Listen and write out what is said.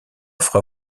offre